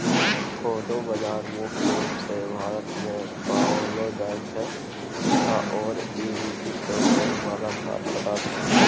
कोदो बाजरा मुख्य रूप सँ भारतमे पाओल जाइत छै आओर ई बेसी प्रोटीन वला खाद्य पदार्थ छै